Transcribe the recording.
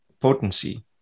potency